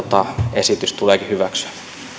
esitys tuleekin hyväksyä